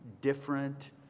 different